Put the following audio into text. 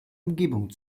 umgebung